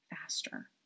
faster